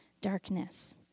darkness